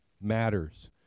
matters